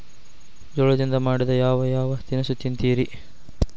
ಜೋಳದಿಂದ ಮಾಡಿದ ಯಾವ್ ಯಾವ್ ತಿನಸು ತಿಂತಿರಿ?